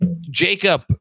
Jacob